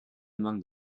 among